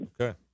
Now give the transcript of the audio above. Okay